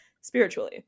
spiritually